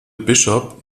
bishop